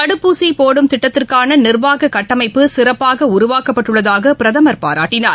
தடுப்பூசி போடும் திட்டத்திற்கான நிர்வாக கட்டமைப்பு சிறப்பாக உருவாக்கப்பட்டுள்ளதாக பிரதமர் பாராட்டினார்